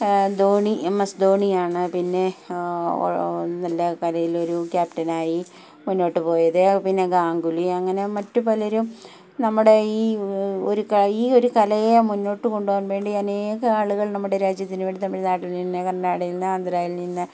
Dhoni M S ധോണിയാണ് പിന്നെ നല്ല കലയിലൊരു ക്യാപ്റ്റനായി മുന്നോട്ട് പോയത് പിന്നെ ഗങ്കുലി അങ്ങനെ മറ്റു പലരും നമ്മുടെ ഈ ഒരു ഈ ഒരു കലയെ മുന്നോട്ട് കൊണ്ട് പോകാൻ വേണ്ടി അനേകം ആളുകൾ നമ്മുടെ രാജ്യത്തിന് വേണ്ടി തമിഴ് നാട്ടിൽ നിന്ന് കർണാടകയിൽ നിന്ന് ആന്ധ്രായിൽ നിന്ന്